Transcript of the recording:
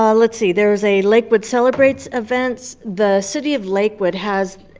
um let's see, there's a lakewood celebrates event. the city of lakewood has